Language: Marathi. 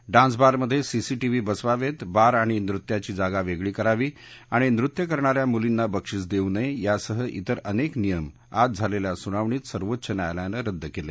डान्सबारमध्ये सीसीटीव्ही बसवावेत बार आणि नृत्याची जागा वेगळी करावी आणि नृत्य करणा या मुलींना बक्षीस देऊ नये यासह इतर अनेक नियम आज झालेल्या सुनावणीत सर्वोच्च न्यायालयानं रद्द केले